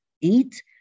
eat